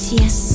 yes